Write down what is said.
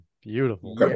Beautiful